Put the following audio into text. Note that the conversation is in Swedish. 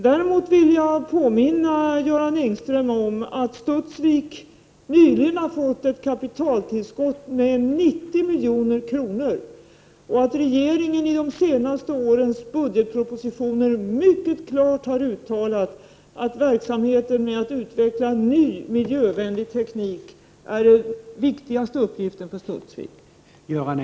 Däremot vill jag påminna Göran Engström om att Studsvik nyligen har fått ett kapitaltillskott på 90 milj.kr. och om att regeringen i de senaste årens budgetpropositioner mycket klart har uttalat att verksamheten med att utveckla ny miljövänlig teknik är den viktigaste uppgiften för Studsvik AB.